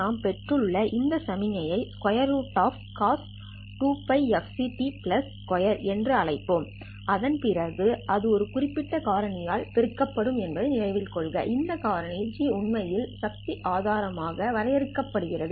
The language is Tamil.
நாம் பெற்றுள்ள இந்த சமிக்ஞையை ஸ்குயர் ரூட் ஆப் என்று அழைப்போம் அதன் பிறகு அது ஒரு குறிப்பிட்ட காரணியால் பெருக்கப்படும் என்பதை நினைவில் கொள்க இந்த காரணி G உண்மையில் சக்தி ஆதாயம் ஆக வரையறுக்கப்படுகிறது